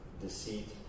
deceit